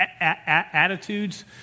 Attitudes